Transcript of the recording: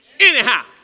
anyhow